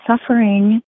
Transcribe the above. suffering